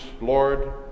Lord